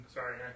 Sorry